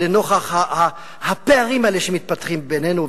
לנוכח הפערים האלה שמתפתחים בינינו.